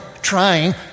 trying